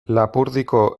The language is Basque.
lapurdiko